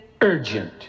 urgent